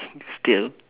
steal